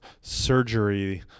surgery